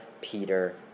Peter